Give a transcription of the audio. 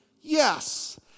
Yes